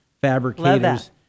fabricators